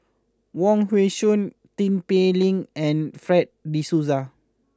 Wong Hong Suen Tin Pei Ling and Fred De Souza